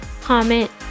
comment